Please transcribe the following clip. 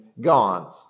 gone